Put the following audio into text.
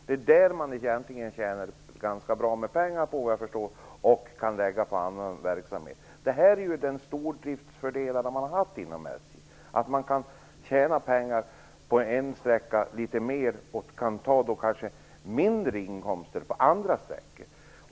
Vad jag förstår är det egentligen där man tjänar ganska bra med pengar som kan läggas på annan verksamhet. Den här stordriftsfördelen har man haft inom SJ: Man kan tjäna litet mer pengar på en sträcka och då ha litet mindre inkomster på andra sträckor.